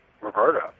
Roberta